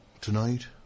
tonight